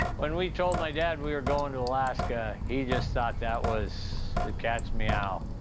when we told my dad we were going to alaska, he just thought that was the cat's meow.